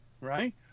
Right